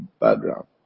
background